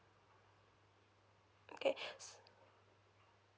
okay s~